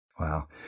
Wow